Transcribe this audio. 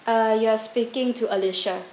uh you are speaking to alicia